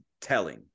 telling